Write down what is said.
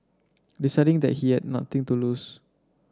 deciding that he had nothing to lose